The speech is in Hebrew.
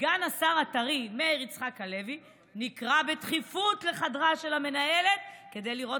סגן השר הטרי מאיר יצחק הלוי נקרא בדחיפות לחדרה של המנהלת כדי לראות,